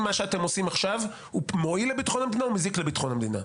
מה שאתם עושים עכשיו הוא מועיל לביטחון המדינה או מזיק לביטחון המדינה.